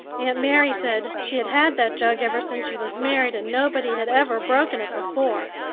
aunt mary said she had had that jug ever since she was married and nobody had ever broken it before.